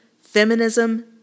feminism